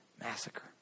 massacre